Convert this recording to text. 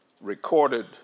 recorded